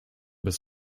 bis